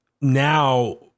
now